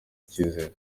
icyizere